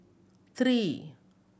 three